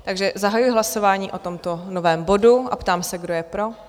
Takže zahajuji hlasování o tomto novém bodu a ptám se, kdo je pro?